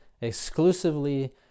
exclusively